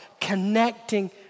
connecting